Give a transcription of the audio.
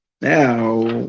Now